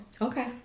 Okay